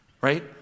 right